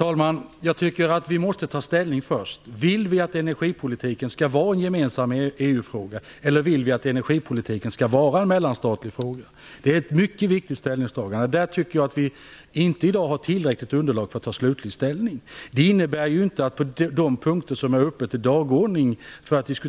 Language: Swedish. Herr talman! Vi måste ta ställning först. Vill vi att energipolitiken skall vara en gemensam EU-fråga, eller vill vi att energipolitiken skall vara en mellanstatlig fråga? Det är ett mycket viktigt ställningstagande, och där anser jag att vi i dag inte har ett tillräckligt underlag för att ta slutlig ställning. Det innebär inte att Sverige inte har intagit en position i fråga om de punkter som